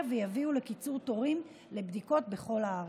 ויביאו לקיצור תורים לבדיקות בכל הארץ.